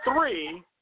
three